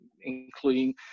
including